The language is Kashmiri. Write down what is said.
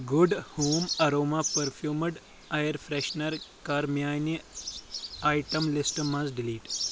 good Home aroma perfumed air freshener کَر میٛانہِ آیٹم لسٹہٕ منٛز ڈیلیٖٹ